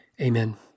Amen